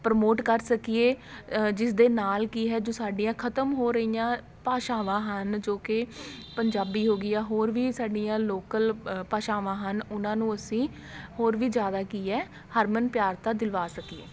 promote ਕਰ ਸਕੀਏ ਜਿਸ ਦੇ ਨਾਲ ਕੀ ਹੈ ਜੋ ਸਾਡੀਆਂ ਖ਼ਤਮ ਹੋ ਰਹੀਆਂ ਭਾਸ਼ਾਵਾਂ ਹਨ ਜੋ ਕਿ ਪੰਜਾਬੀ ਹੋ ਗਈ ਹੈ ਹੋਰ ਵੀ ਸਾਡੀਆਂ ਲੋਕਲ ਭਾਸ਼ਾਵਾਂ ਹਨ ਉਹਨਾਂ ਨੂੰ ਅਸੀਂ ਹੋਰ ਵੀ ਜ਼ਿਆਦਾ ਕੀ ਹੈ ਹਰਮਨ ਪਿਆਰਤਾ ਦਿਲਵਾ ਸਕੀਏ